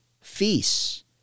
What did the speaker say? feasts